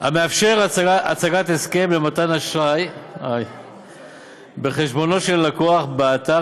המאפשר הצגת הסכם למתן אשראי בחשבונו של הלקוח באתר